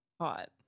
Hot